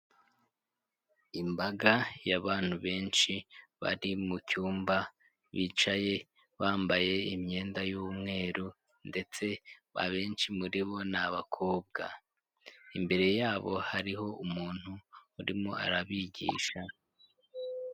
Imbaga y'abantu benshi bari mu cyumba bicaye bambaye imyenda y'umweru ndetse abenshi muri bo ni abakobwa, imbere yabo hariho umuntu urimo arabigisha.